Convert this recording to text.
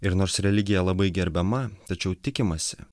ir nors religija labai gerbiama tačiau tikimasi